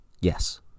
Yes